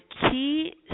key